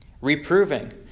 reproving